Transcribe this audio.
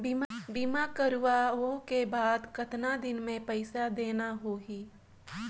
बीमा करवाओ के बाद कतना दिन मे पइसा देना हो ही?